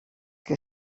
que